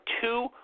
two